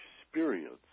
experience